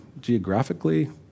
Geographically